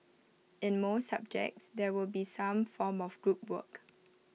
in most subjects there will be some form of group work